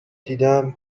دیدم